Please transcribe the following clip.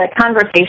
conversation